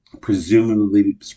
Presumably